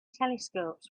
telescopes